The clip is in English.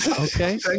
Okay